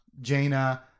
Jaina